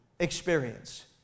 Experience